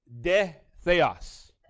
De-theos